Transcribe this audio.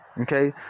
okay